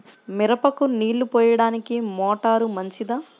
మిరపకు నీళ్ళు పోయడానికి మోటారు మంచిదా?